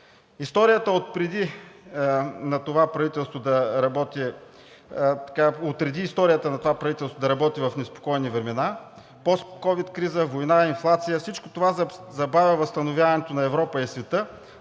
Историята отреди на това правителство да работи в неспокойни времена – постковид криза, война, инфлация. Всичко това забавя възстановяването на Европа и света